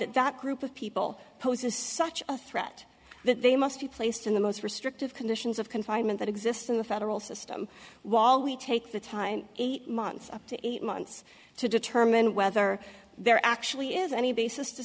that that group of people poses such a threat that they must be placed in the most restrictive conditions of confinement that exists in the federal system while we take the time eight months up to eight months to determine whether there actually is any basis to